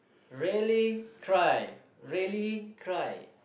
rallying cry rallying cry